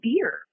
beer